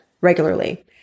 regularly